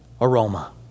aroma